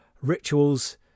rituals